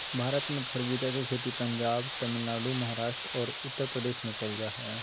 भारत में खरबूजा के खेती पंजाब, तमिलनाडु, महाराष्ट्र आरो उत्तरप्रदेश में कैल जा हई